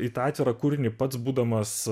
į tą atvirą kūrinį pats būdamas